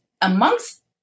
amongst